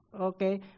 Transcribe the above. Okay